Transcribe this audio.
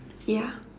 ya